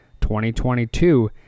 2022